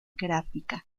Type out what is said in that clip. gráfica